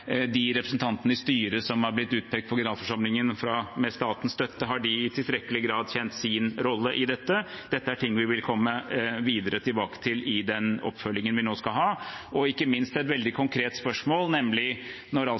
de representantene i styret som har blitt utpekt på generalforsamlingen med statens støtte, i tilstrekkelig grad kjent sin rolle i dette? Dette er ting vi vil komme tilbake til i den videre oppfølgingen vi nå skal ha. Og ikke minst et veldig konkret spørsmål, nemlig når